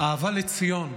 אהבה לציון.